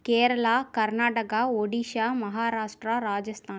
Kerala Karnataka Odisha Maharashtra Rajasthan